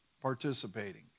participating